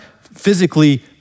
physically